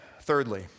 Thirdly